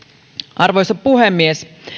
arvoisa puhemies